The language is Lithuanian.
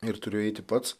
ir turiu eiti pats